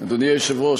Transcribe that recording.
אדוני היושב-ראש,